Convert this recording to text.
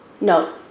No